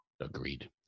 Agreed